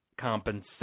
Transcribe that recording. compensation